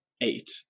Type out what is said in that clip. eight